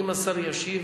אם השר ישיב